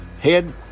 head